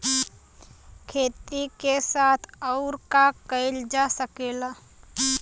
खेती के साथ अउर का कइल जा सकेला?